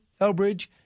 Hellbridge